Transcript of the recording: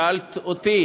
שאלת אותי